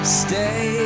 stay